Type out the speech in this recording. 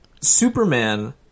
superman